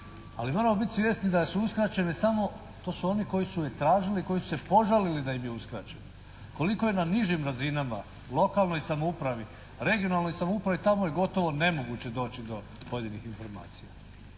Ali moramo biti svjesni da su uskraćene samo, to su oni koji su je tražili, koji su se požalili da im je uskraćena. Koliko je na nižim razinama, lokalnoj samoupravi, regionalnoj samoupravi, tamo je gotovo nemoguće doći do pojedinih informacija.